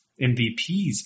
MVPs